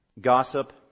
gossip